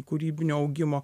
kūrybinio augimo